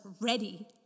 ready